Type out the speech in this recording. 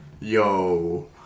Yo